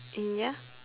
mm ya